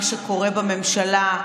מה שקורה בממשלה,